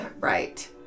Right